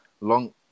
long